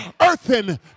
earthen